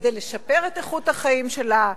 כדי לשפר את איכות החיים שלה,